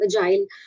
agile